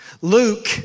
Luke